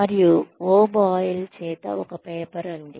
మరియు O'Boyle O'Boyle చేత ఒక పేపర్ ఉంది